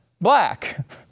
black